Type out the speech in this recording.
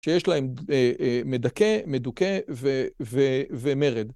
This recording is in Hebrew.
שיש להם מדכא, מדוכא ומרד.